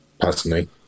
Personally